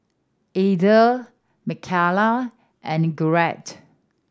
Edythe Mckayla and Garrett